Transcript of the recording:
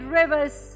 rivers